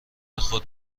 خود